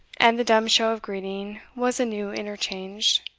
and the dumb show of greeting was anew interchanged.